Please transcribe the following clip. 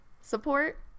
support